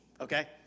Okay